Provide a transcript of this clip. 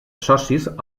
socis